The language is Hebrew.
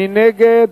מי נגד?